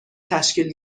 تشکیل